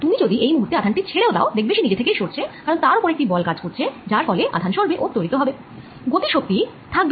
তুমি যদি এই মুহূর্তে আধান টি ছেড়েও দাও দেখবে সে নিজে থেকেই সরছে কারণ তার ওপর একটি বল কাজ করছে যার ফলে আধান সরবে ও ত্বরিত হবে গতি শক্তি থাকবে